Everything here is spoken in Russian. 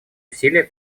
усилия